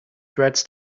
dreads